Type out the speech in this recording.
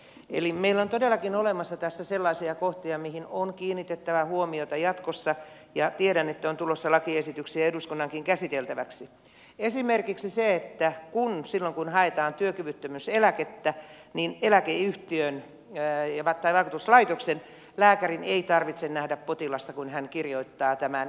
eli meillä on todellakin olemassa tässä sellaisia kohtia mihin on kiinnitettävä huomiota jatkossa ja tiedän että on tulossa lakiesityksiä eduskunnankin käsiteltäväksi esimerkiksi se että silloin kun haetaan työkyvyttömyyseläkettä niin vakuutuslaitoksen lääkärin ei tarvitse nähdä potilasta kun hän kirjoittaa tämän epäävän päätöksensä